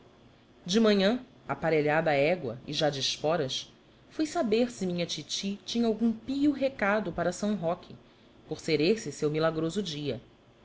de manhã aparelhada a égua e já de esporas fui saber se minha titi tinha algum pio recado para são roque por ser esse o seu milagroso dia